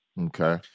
Okay